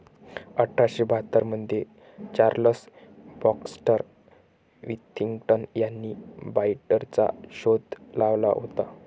अठरा शे बाहत्तर मध्ये चार्ल्स बॅक्स्टर विथिंग्टन यांनी बाईंडरचा शोध लावला होता